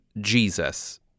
Jesus